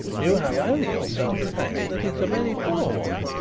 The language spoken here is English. you have only yourself to thank that it is a very poor one,